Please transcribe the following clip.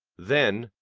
then,